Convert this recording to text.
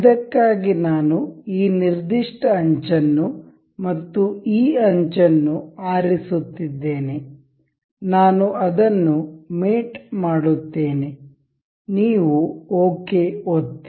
ಇದಕ್ಕಾಗಿ ನಾನು ಈ ನಿರ್ದಿಷ್ಟ ಅಂಚನ್ನು ಮತ್ತು ಈ ಅಂಚನ್ನು ಆರಿಸುತ್ತಿದ್ದೇನೆ ನಾನು ಅದನ್ನು ಮೇಟ್ ಮಾಡುತ್ತೇನೆ ನೀವು ಓಕೆ ಒತ್ತಿ